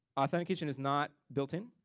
authentication is not built in.